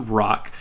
rock